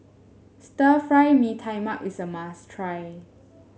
Stir Fry Mee Tai Mak is a must try